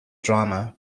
drama